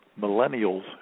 millennials